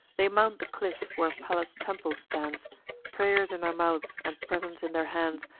they mount the cliff, where pallas' temple stands pray'rs in their mouths, and presents in their hands,